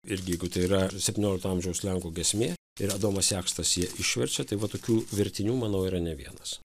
irgi jeigu tai yra septyniolikto amžiaus lenkų giesmė ir adomas jakštas ją išverčia tai va tokių vertinių manau yra ne vienas